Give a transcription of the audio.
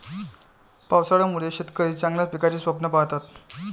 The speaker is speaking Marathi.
पावसाळ्यामुळे शेतकरी चांगल्या पिकाचे स्वप्न पाहतात